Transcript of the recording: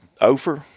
Ofer